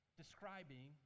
describing